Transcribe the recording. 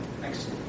Thanks